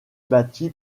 bâti